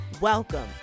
Welcome